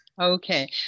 Okay